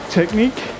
technique